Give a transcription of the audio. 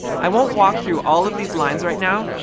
i won't walk through all of these lines right now,